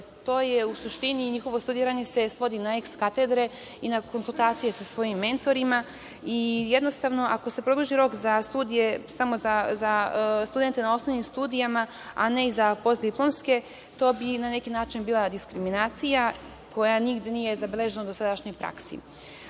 jer u suštini njihovo studiranje se svodi na eks katedre i na konsultacije sa svojim mentorima i jednostavno, ako se produži rok za studije, samo za studente na osnovnim studijama a ne i za postdiplomske, to bi na neki način bila diskriminacija koja nigde nije zabeležena u dosadašnjoj praksi.